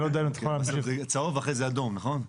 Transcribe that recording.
כן, צהוב אחרי זה אדום, נכון?